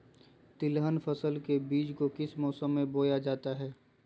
तिलहन फसल के बीज को किस मौसम में बोया जाता है?